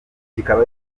kikaba